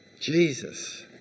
Jesus